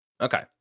okay